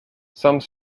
some